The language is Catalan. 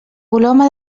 coloma